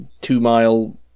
two-mile